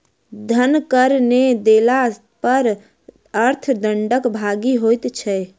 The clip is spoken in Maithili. धन कर नै देला पर अर्थ दंडक भागी होइत छै